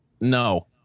No